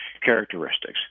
characteristics